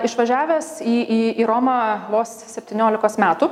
išvažiavęs į į į romą vos septyniolikos metų